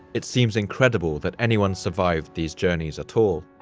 it seems incredible that anyone survived these journeys at all.